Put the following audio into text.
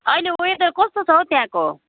अहिले वेदर कस्तो छ हौ त्यहाँको